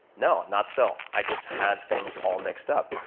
no. not so. i just had things all mixed up.